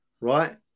right